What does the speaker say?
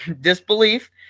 disbelief